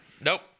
Nope